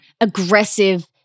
aggressive